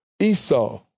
Esau